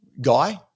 guy